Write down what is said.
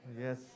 Yes